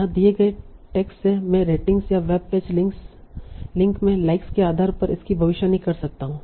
यहाँ दिए गए टेक्स्ट से मैं रेटिंग्स या वेब पेज लिंक में लाइक्स के आधार पर इसकी भविष्यवाणी कर सकता हूं